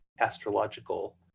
astrological